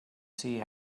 see